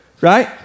Right